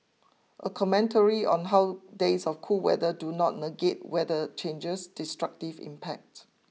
a commentary on how days of cool weather do not negate weather change's destructive impact